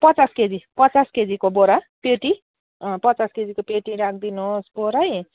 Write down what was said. पचास केजी पचास केजीको बोरा पेटी अँ पचास केजीको पेटी राखिदिनुहोस् बोरै